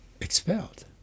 expelled